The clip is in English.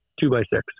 two-by-six